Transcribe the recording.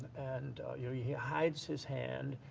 and yeah hides his hand.